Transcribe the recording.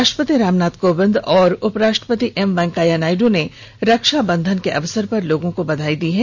राष्ट्रपति रामनाथ कोविंद और उपराष्ट्रपति एम वेंकैया नायड् ने रक्षा बंधन के अवसर पर लोगों को बधाई दी है